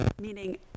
meaning